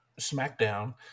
SmackDown